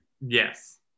yes